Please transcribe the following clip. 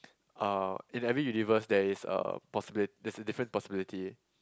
uh in every universe there is a possibi~ there's a different possibility